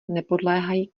nepodléhají